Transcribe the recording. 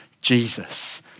Jesus